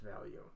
value